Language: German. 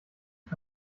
ich